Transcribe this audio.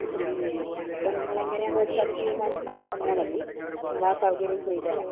മ് മ് അപ്പോൾ നിങ്ങൾ എങ്ങനെയാണെന്ന് വെച്ചാൽ തീരുമാനിച്ചിട്ട് പറഞ്ഞാൽ മതി ഞങ്ങൾ ആ സൗകര്യം ചെയ്തുതരാം